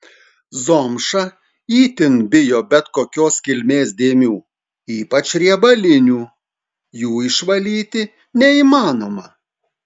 zomša itin bijo bet kokios kilmės dėmių ypač riebalinių jų išvalyti neįmanoma